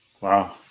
wow